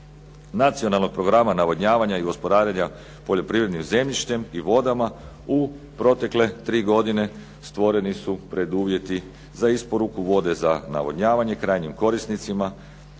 Nacionalnog programa navodnjavanja i gospodarenja poljoprivrednim zemljištem i vodama u protekle 3 godine stvoreni su preduvjeti za isporuku vode za navodnjavanje krajnjim korisnicima